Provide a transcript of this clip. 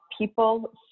people